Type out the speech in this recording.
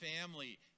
family